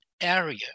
area